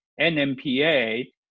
NMPA